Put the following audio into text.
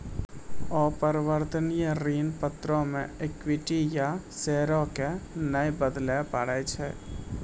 अपरिवर्तनीय ऋण पत्रो मे इक्विटी या शेयरो के नै बदलै पड़ै छै